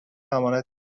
امانت